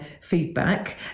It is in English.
feedback